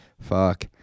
Fuck